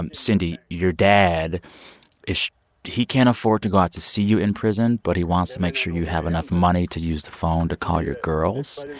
um cindy, your dad is he can't afford to go out to see you in prison, but he wants to make sure you have enough money to use the phone to call your girls.